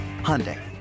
Hyundai